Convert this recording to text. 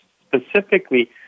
specifically